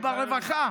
היא ברווחה.